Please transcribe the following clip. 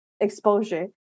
exposure